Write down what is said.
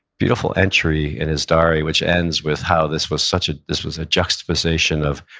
beautiful entry in his diary which ends with how this was such a, this was a juxtaposition of,